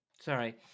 Sorry